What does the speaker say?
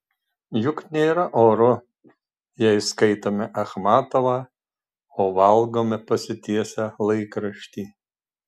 juk nėra oru jei skaitome achmatovą o valgome pasitiesę laikraštį